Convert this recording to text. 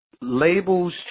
Labels